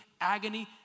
agony